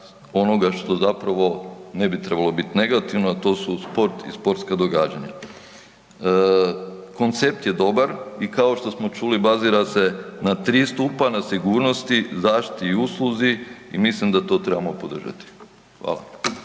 onoga što zapravo ne bi trebalo biti negativno a to su sport i sportska događanja. Koncept je dobar i kao što smo čuli, bazira se na 3 stupa, na sigurnosti, zaštiti i usluzi i mislim da to trebamo podržati. Hvala.